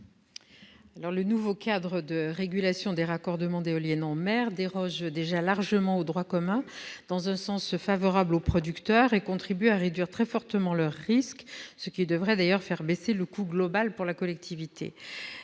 Le nouveau cadre de régulation des raccordements d'éoliennes en mer déroge déjà largement au droit commun dans un sens favorable aux producteurs et contribue à réduire très fortement leurs risques, ce qui devrait d'ailleurs faire baisser le coût global pour la collectivité.